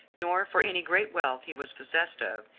nor for any great wealth he was possessed of,